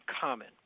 common